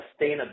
sustainability